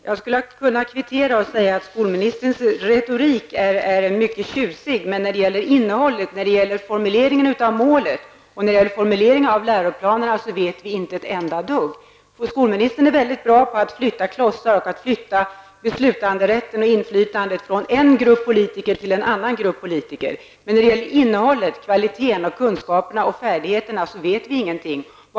Herr talman! Jag skulle kunna kvittera och säga att skolministerns retorik är mycket tjusig, men när det gäller innehållet och formuleringen av målen i läroplanerna vet vi inte ett enda dugg. Skolministern är väldigt bra på att flytta klossar och på att flytta beslutsrätten och inflytandet från en grupp politiker till en annan. Men när det gäller innehållet, kvaliteten, kunskaperna och färdigheterna vet vi ingenting.